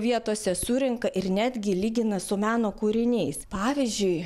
vietose surenka ir netgi lygina su meno kūriniais pavyzdžiui